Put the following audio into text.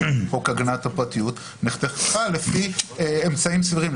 חוק הגנת הפרטיות נחתכה לפי אמצעים סבירים,